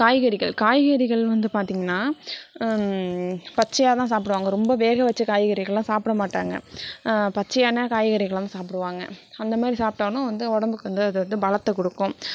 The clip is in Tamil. காய்கறிகள் காய்கறிகள் வந்து பார்த்தீங்கன்னா பச்சையாகதான் சாப்பிடுவாங்க ரொம்ப வேக வச்ச காய்கறிகள்லாம் சாப்பிட மாட்டாங்க பச்சையான காய்கறிகளை தான் சாப்பிடுவாங்க அந்தமாதிரி சாப்பிட்டாலும் வந்து உடம்புக்கு வந்து எதாவது பலத்தை கொடுக்கும்